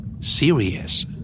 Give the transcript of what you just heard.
Serious